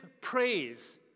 praise